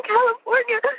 California